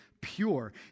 pure